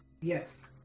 yes